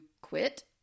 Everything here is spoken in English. quit